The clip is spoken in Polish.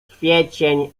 kwiecień